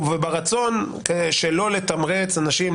וברצון שלא לתמרץ אנשים